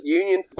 union